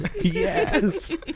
Yes